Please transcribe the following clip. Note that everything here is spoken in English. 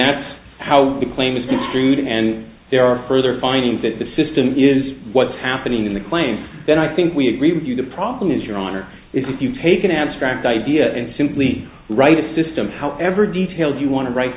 that's how the claim is true then and there are further findings that the system is what's happening in the claim then i think we agree with you the problem is your honor if you take an abstract idea and simply write a system however detailed you want to write